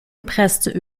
gepresste